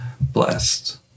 blessed